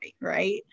right